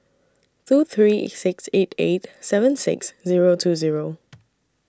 two three six eight eight seven six Zero two Zero